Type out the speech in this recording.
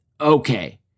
Okay